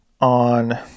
on